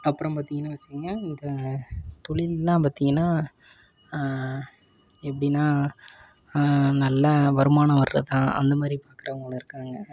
அப்புறம் பார்த்திங்கன்னா வச்சிக்கிங்க த தொழில்லாம் பார்த்திங்கன்னா எப்படின்னா நல்ல வருமானம் வர்றதா அந்த மாதிரி பார்க்குறவங்களும் இருக்காங்க